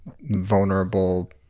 vulnerable